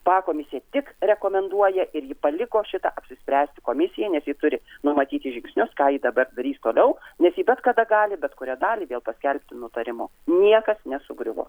pakomisė tik rekomenduoja ir ji paliko šitą apsispręsti komisijai nes ji turi numatyti žingsnius ką ji dabar darys toliau nes ji bet kada gali bet kurią dalį vėl paskelbti nutarimu niekas nesugriuvo